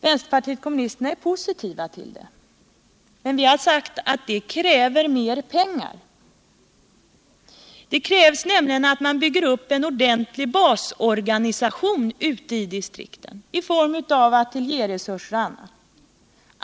Vänsterpartiet kommunisterna är positivt till det, men vi har sagt att det kräver mer pengar. Det krävs nämligen att man bygger upp en ordentlig basorganisation ute i distrikten, i form av ateljéresurser och annat.